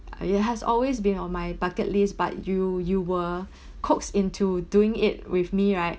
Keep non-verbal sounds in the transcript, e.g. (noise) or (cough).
it has always been on my bucket list but you you were (breath) coaxed into doing it with me right